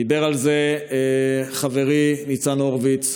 דיבר על זה חברי ניצן הורוביץ,